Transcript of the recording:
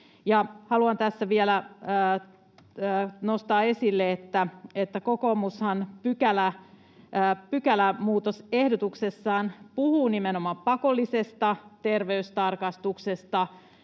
vielä nostaa esille, että kokoomushan pykälämuutosehdotuksessaan puhuu nimenomaan pakollisesta terveystarkastuksesta